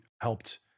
helped